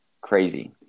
Crazy